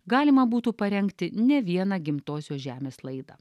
galima būtų parengti ne vieną gimtosios žemės laidą